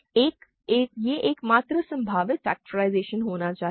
यह एकमात्र संभावित फ़ैक्टराइज़ेशन होना चाहिए